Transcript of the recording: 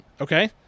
okay